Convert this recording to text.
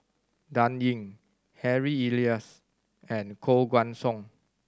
Dan Ying Harry Elias and Koh Guan Song